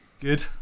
Good